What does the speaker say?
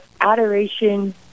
adoration